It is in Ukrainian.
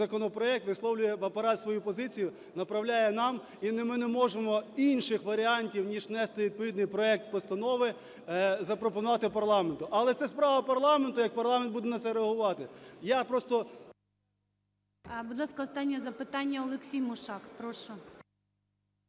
законопроект, висловлює Апарат свою позицію, направляє нам, і ми не можемо інших варіантів, ніж внести відповідний проект постанови, запропонувати парламенту. Але це справа парламенту, як парламент буде на це реагувати.